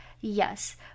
Yes